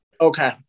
Okay